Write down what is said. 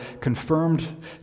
confirmed